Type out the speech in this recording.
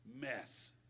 mess